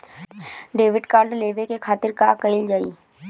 Debit card लेवे के खातिर का कइल जाइ?